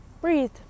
Breathe